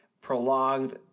prolonged